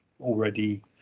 already